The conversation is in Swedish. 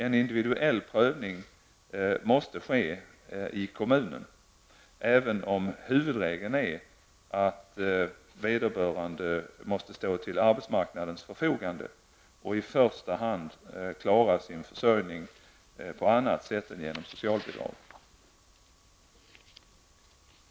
En individuell prövning måste ske i kommunen, även om huvudregeln är att vederbörande måste stå till arbetsmarknadens förfogande och i första hand klara sin försörjning på annat sätt än genom socialbidrag.